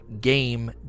game